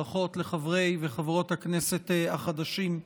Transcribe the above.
ברכות לחברי וחברות הכנסת החדשים.